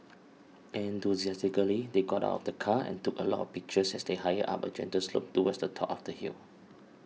enthusiastically they got out of the car and took a lot of pictures as they hiked up a gentle slope towards the top of the hill